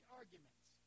arguments